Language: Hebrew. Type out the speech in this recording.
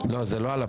לא, זה לא על הפטור.